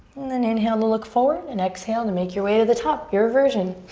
then inhale to look forward and exhale to make your way to the top, your version.